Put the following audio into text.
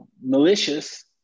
malicious